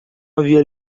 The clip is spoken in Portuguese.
havia